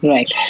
Right